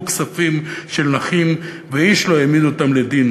כספים של נכים ואיש לא העמיד אותם לדין.